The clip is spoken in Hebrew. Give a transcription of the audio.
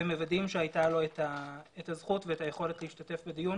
ומוודאים שהייתה לו את הזכות ואת היכולת להשתתף בדיון